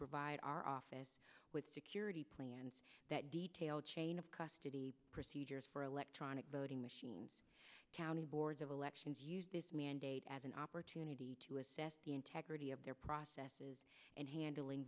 provide our office with security plans that detailed chain of custody procedures for electronic voting machines county boards of elections used this mandate as an opportunity to assess the integrity of their processes and handling